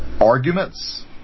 arguments